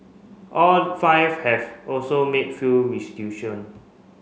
all five have also made full restitution